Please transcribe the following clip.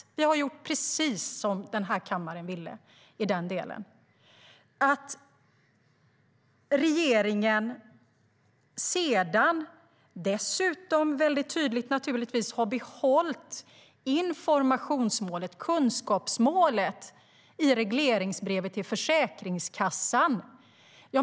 Regeringen har gjort precis som kammaren ville. Regeringen har sedan dessutom tydligt behållit informationsmålet, kunskapsmålet, i regleringsbrevet till Försäkringskassan.